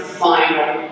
final